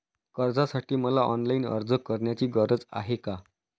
कर्जासाठी मला ऑनलाईन अर्ज करण्याची गरज आहे का?